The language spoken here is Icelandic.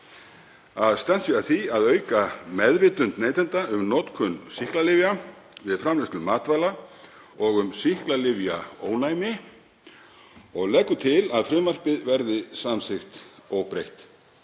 að stefnt sé að því að auka meðvitund neytenda um notkun sýklalyfja við framleiðslu matvæla og um sýklalyfjaónæmi og leggur til að frumvarpið verði samþykkt óbreytt.